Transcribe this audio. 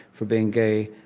for being gay.